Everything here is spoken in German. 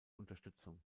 unterstützung